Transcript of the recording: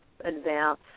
advance